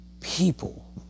people